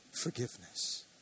forgiveness